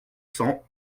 cents